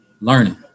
learning